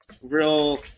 real